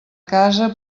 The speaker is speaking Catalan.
casa